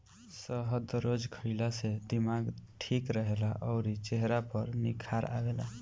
शहद रोज खाए से दिमाग ठीक रहेला अउरी चेहरा पर भी निखार आवेला